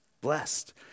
blessed